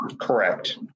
Correct